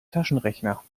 taschenrechner